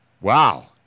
wow